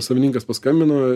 savininkas paskambino